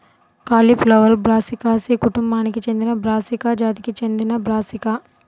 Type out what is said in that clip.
cauliflower Brassicaceae కుటుంబానికి చెందినబ్రాసికా జాతికి చెందినబ్రాసికా